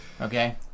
okay